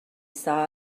saw